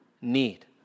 need